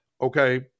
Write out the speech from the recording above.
Okay